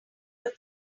have